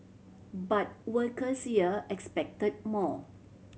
but workers here expected more